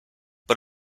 but